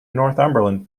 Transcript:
northumberland